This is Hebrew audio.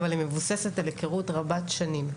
אבל היא מבוססת על היכרות רבת שנים.